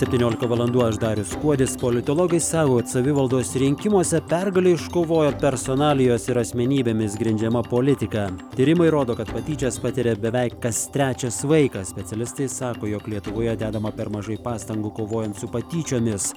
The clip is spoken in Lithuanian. septyniolika valandų aš darius kuodis politologai sako kad savivaldos rinkimuose pergalę iškovojo personalijos ir asmenybėmis grindžiama politika tyrimai rodo kad patyčias patiria beveik kas trečias vaikas specialistai sako jog lietuvoje dedama per mažai pastangų kovojant su patyčiomis